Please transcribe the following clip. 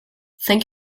thank